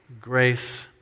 Grace